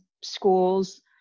schools